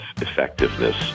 effectiveness